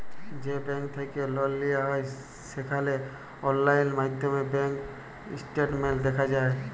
যে ব্যাংক থ্যাইকে লল লিয়া হ্যয় সেখালে অললাইল মাইধ্যমে ব্যাংক ইস্টেটমেল্ট দ্যাখা যায়